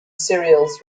serials